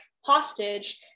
hostage